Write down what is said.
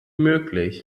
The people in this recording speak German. möglich